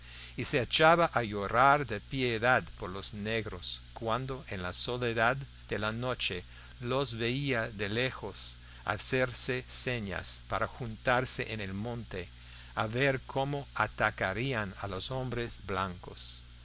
o se echaba a llorar de piedad por los negros cuando en la soledad de la noche los veía de lejos hacerse señas para juntarse en el monte a ver cómo atacarían a los hombres blancos